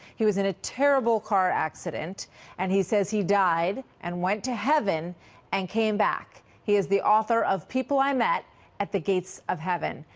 he was in a terrible car accident and he says he died and went to heaven and came back. he is the author of people i met at the gates of heaven.